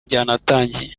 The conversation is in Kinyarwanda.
byanatangiye